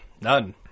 none